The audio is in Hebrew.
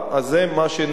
אז זה מה שנעשה.